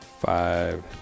five